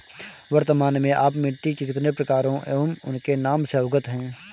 वर्तमान में आप मिट्टी के कितने प्रकारों एवं उनके नाम से अवगत हैं?